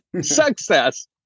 success